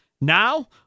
Now